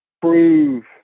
prove